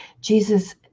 Jesus